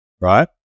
right